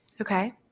Okay